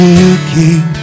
Looking